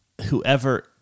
whoever